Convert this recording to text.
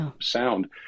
sound